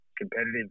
competitive